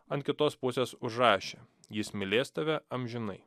ant kitos pusės užrašė jis mylės tave amžinai